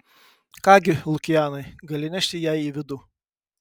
ką gi lukianai gali nešti ją į vidų